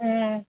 ও